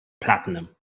platinum